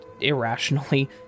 irrationally